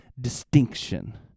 distinction